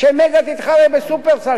ש"מגה" תתחרה ב"שופרסל",